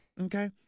Okay